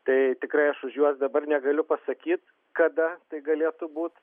tai tikrai aš už juos dabar negaliu pasakyt kada tai galėtų būt